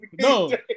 no